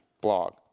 blog